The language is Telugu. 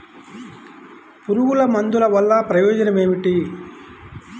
పురుగుల మందుల వల్ల ప్రయోజనం ఏమిటీ?